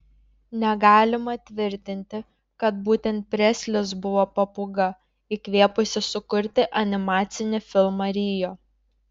negalima tvirtinti kad būtent preslis buvo papūga įkvėpusi sukurti animacinį filmą rio